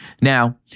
Now